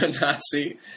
Nazi